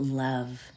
love